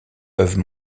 peuvent